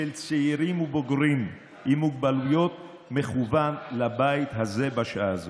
של צעירים ובוגרים עם מוגבלויות מכוון לבית הזה בשעה הזו.